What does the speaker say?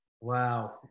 Wow